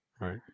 right